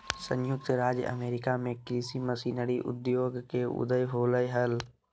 संयुक्त राज्य अमेरिका में कृषि मशीनरी उद्योग के उदय होलय हल